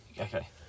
Okay